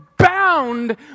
bound